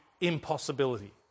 impossibility